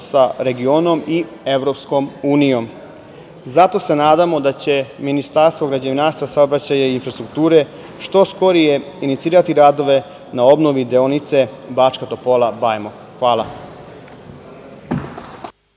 sa regionom i EU. Zato se nadamo da će Ministarstvo građevinarstva, saobraćaja i infrastrukture što skorije inicirati radove na obnovi deonice Bačka Topola – Bajmok. Hvala.